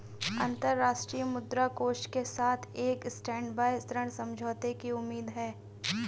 अंतर्राष्ट्रीय मुद्रा कोष के साथ एक स्टैंडबाय ऋण समझौते की उम्मीद है